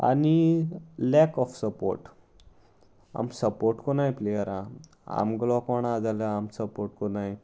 आनी lack of support आम support कोनाय प्लेयर आमगोलो कोण ना जाल्यार आम सपोर्ट करनाय